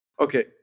Okay